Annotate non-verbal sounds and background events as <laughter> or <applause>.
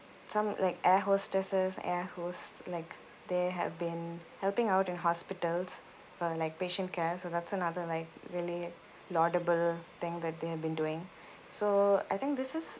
some like air hostesses air hosts like they have been helping out in hospitals for like patient care so that's another like really laudable thing that they have been doing <breath> so I think this is